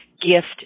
gift